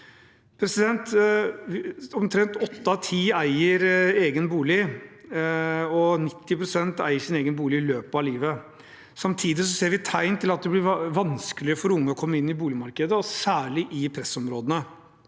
Omtrent åtte av ti eier egen bolig, og 90 pst. eier sin egen bolig i løpet av livet. Samtidig ser vi tegn til at det blir vanskelig for unge å komme inn i boligmarkedet, særlig i pressområdene.